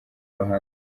ruhame